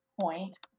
point